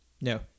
No